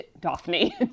Daphne